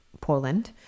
Poland